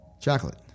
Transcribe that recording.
chocolate